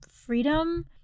freedom